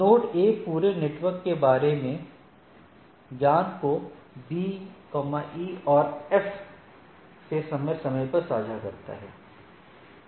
node A पूरे network के बारे में ज्ञान को B E और F से समय समय पर साझा करता है